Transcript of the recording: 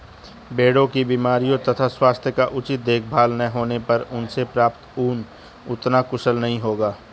भेड़ों की बीमारियों तथा स्वास्थ्य का उचित देखभाल न होने पर उनसे प्राप्त ऊन उतना कुशल नहीं होगा